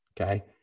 Okay